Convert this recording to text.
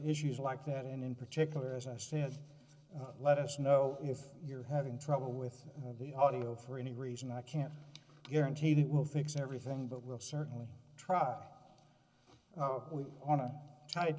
issues like that and in particular as i said let us know if you're having trouble with the audio for any reason i can't guarantee that will fix everything but will certainly try on a tight